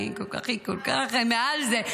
היא כל כך מעל זה.